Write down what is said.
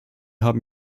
haben